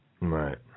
Right